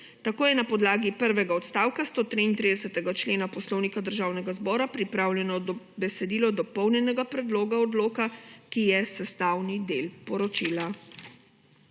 Tako je na podlagi prvega odstavka 133. člena Poslovnika Državnega zbora pripravljeno besedilo dopolnjenega predloga odloka, ki je sestavni del poročila.